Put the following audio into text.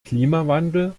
klimawandel